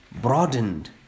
broadened